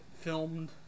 filmed